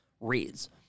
reads